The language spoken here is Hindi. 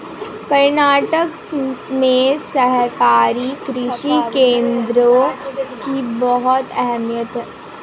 कर्नाटक में सहकारी कृषि केंद्रों की बहुत अहमियत है